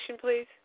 please